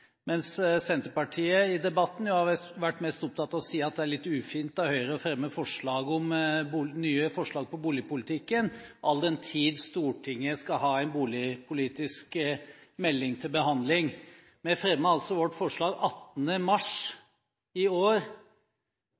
mens Senterpartiet i debatten har vært mest opptatt av å si at det er litt ufint av Høyre å fremme nye forslag i boligpolitikken, all den tid Stortinget skal ha en boligpolitisk melding til behandling. Vi fremmet altså vårt forslag 7. mars i år.